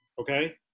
Okay